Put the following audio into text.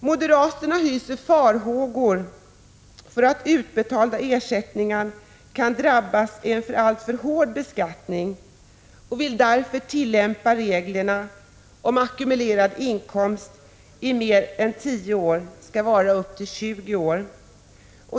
Moderaterna hyser farhågor för att utbetalda ersättningar kan drabbas av en alltför hård beskattning och vill därför att tillämpningen av reglerna om ackumulerad inkomst utsträcks från 10 år till 20 år.